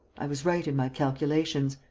i was right in my calculations.